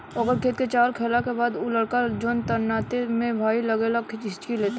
ओकर खेत के चावल खैला के बाद उ लड़का जोन नाते में भाई लागेला हिच्की लेता